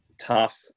tough